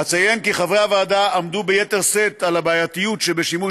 אציין כי חברי הוועדה עמדו ביתר שאת על הבעייתיות שבשימוש